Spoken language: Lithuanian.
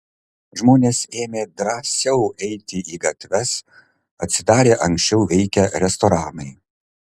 žmonės ėmė drąsiau eiti į gatves atsidarė anksčiau veikę restoranai